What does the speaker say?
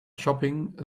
shopping